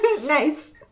Nice